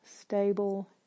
stable